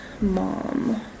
Mom